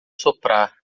soprar